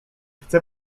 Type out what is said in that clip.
chcę